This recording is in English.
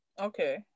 okay